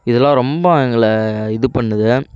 இதெல்லாம் ரொம்ப எங்களை இது பண்ணுது